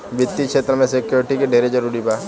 वित्तीय क्षेत्र में सिक्योरिटी के ढेरे जरूरी बा